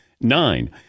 nine